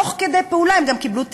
תוך כדי פעולה הם גם קיבלו תיאבון.